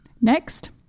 Next